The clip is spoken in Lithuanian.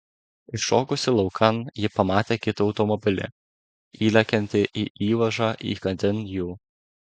iššokusi laukan ji pamatė kitą automobilį įlekiantį į įvažą įkandin jų